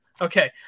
Okay